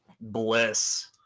Bliss